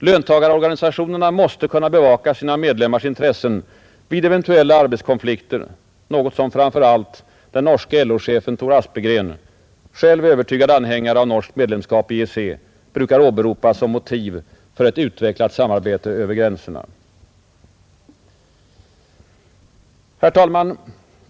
Löntagarorganisationerna måste kunna bevaka sina medlemmars intressen vid eventuella arbetskonflikter, något som framför allt den norske LO-chefen Tor Aspegren — själv övertygad anhängare av norskt medlemskap i EEC — brukat åberopa som motiv för ett utvecklat samarbete över gränserna, Herr talman!